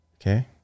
Okay